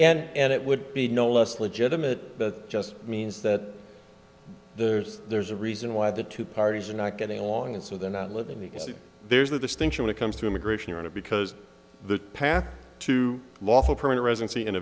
is and it would be no less legitimate just means that there's there's a reason why the two parties are not getting along and so they're not living the there's a distinction when it comes to immigration on a because the path to lawful permanent residency and